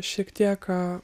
šiek tiek